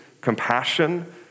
compassion